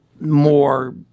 more